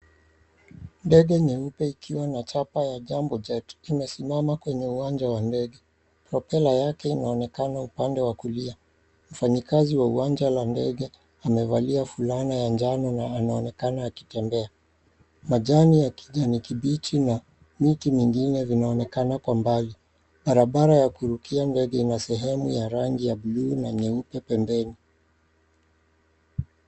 Ndege nyeupe ikiwa na chapa ya Jambo Jet imesimama kwenye uwanja wa ndege. Propeller yake inaonekana upande wa kulia. Mfanyikazi wa uwanja wa ndege amevalia fulana ya njano na anaonekana akitembea. Majani ya kijani kibichi na miti mingine vinaonekana kwa mbali. Barabara ya kurukia ndege ina sehemu ya rangi ya buluu na nyeupe pembeni.